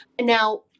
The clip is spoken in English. Now